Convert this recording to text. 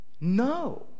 No